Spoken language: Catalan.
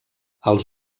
els